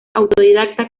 autodidacta